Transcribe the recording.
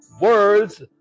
words